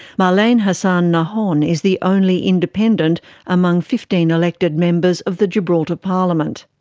marlene hassan nahon is the only independent among fifteen elected members of the gibraltar parliament.